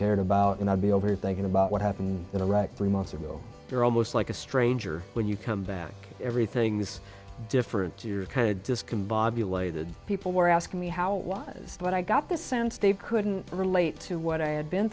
cared about and i'd be over thinking about what happened in iraq three months ago they're almost like a stranger when you come back everything's different you're kind of discombobulated people were asking me how it was but i got the sounds they couldn't relate to what i had been